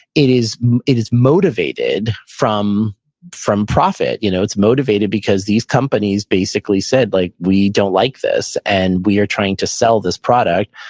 it is it is motivated from from profit. you know it's motivated because these companies basically said like we don't like this. and we are trying to sell this product.